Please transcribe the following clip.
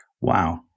Wow